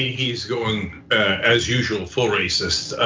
he's going as usual, full racist,